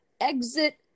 exit